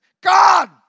God